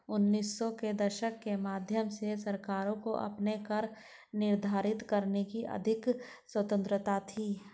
उन्नीस सौ के दशक के मध्य से सरकारों को अपने कर निर्धारित करने की अधिक स्वतंत्रता थी